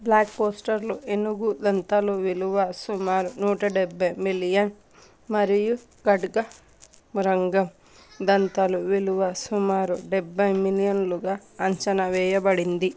black కోస్టర్లో ఏనుగు దంతాలు విలువ సుమారు నూట డెబ్భై మిలియన్ మరియు ఖడ్గ మృంగం దంతాలు విలువ సుమారు డెబ్భై మిలియన్లుగా అంచనా వేయబడింది